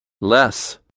Less